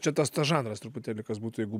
čia tas tas žanras truputėlį kas būtų jeigu